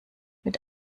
mit